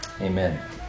Amen